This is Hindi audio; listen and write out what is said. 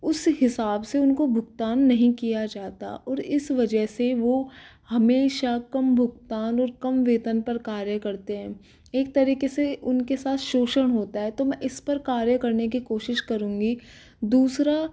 उस हिसाब से उनको भुगतान नहीं किया जाता और इस वजह से वो हमेशा कम भुगतान और कम वेतन पर कार्य करते हैं एक तरीके से उनके साथ शोषण होता है तो मैं इस पर कार्य करने की कोशिश करूंगी दूसरा